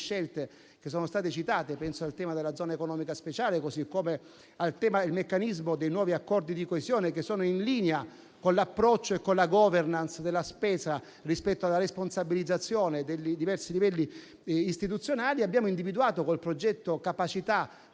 scelte che sono state citate - penso al tema della zona economica speciale, così come al meccanismo dei nuovi accordi di coesione che sono in linea con l'approccio e con la *governance* della spesa rispetto alla responsabilizzazione dei diversi livelli istituzionali - abbiamo individuato, con il Programma